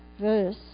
verse